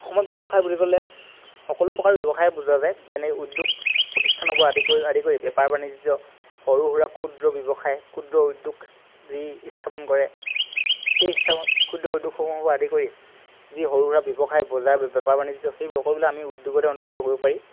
অসমত ব্যৱসায় বুলি ক'লে সকলো প্ৰকাৰৰ ব্যৱসায়ে বুজা যায় যেনে উদ্যোগ প্ৰতিষ্ঠানৰ পৰা আদি কৰি আদি কৰি বেপাৰ বাণিজ্য় সৰু সুৰা ক্ষুদ্ৰ ব্য়ৱসায় ক্ষুদ্ৰ উদ্যোগ যি স্থাপন কৰে সেই স্থাপন ক্ষুদ্ৰ উদ্যোগসমূহৰ পৰা আদি কৰি যি সৰু সুৰা ব্যৱসায় বজাৰ বেপাৰ বাণিজ্য সেই সকলোবিলাক আমি উদ্যোগতে অন্তৰ্ভুক্ত কৰিব পাৰি